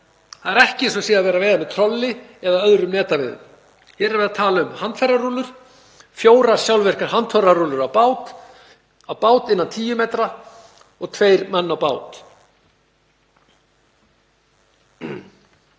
Það er ekki eins og það sé verið að veiða með trolli eða öðrum netaveiðum. Hér er verið að tala um handfærarúllur, fjórar sjálfvirkar handfærarúllur á bát innan 10 metra og tveir menn á bát.